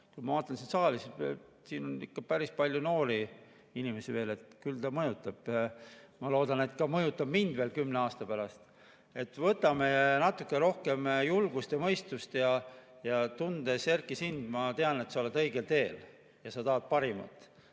Kui ma vaatan siit saali, siin on ikka päris palju noori inimesi veel, ja küll ta mõjutab. Ma loodan, et mõjutab ka mind veel kümne aasta pärast. Võtame natuke rohkem julgust ja mõistust ja tundes, Erki, sind, ma tean, et sa oled õigel teel ja sa tahad parimat.